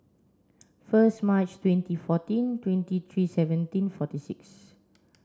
first March twenty fourteen twenty three seventeen forty six